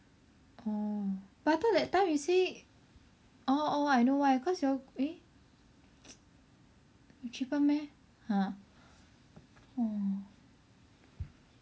orh but I thought that time you say orh orh I know why eh cause you all go eh cheap one meh !huh! orh